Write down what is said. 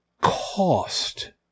cost